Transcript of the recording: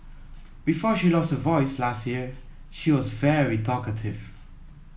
before she lost her voice last year she was very talkative